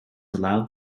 allowed